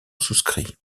souscrit